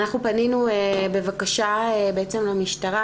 אנחנו פנינו בבקשה למשטרה